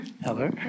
Hello